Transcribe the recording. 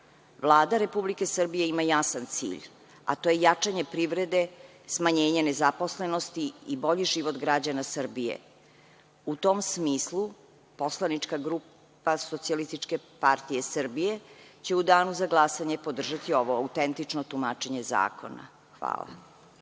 Vlada Republike Srbije ima jasan cilj, a to je jačanje privrede, smanjenje nezaposlenosti i bolji život građana Srbije. U tom smislu poslanička grupa SPS će u danu za glasanje podržati ovo autentično tumačenje zakona. Hvala.